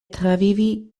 travivi